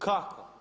Kako?